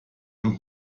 heute